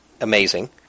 Amazing